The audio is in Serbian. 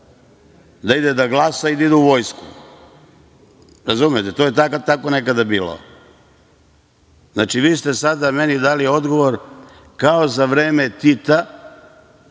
da ide da glasa i da ide u vojsku. Razumete? To je tako nekada bilo. Znači, vi ste sada meni dali odgovor kao za vreme Tita.